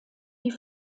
die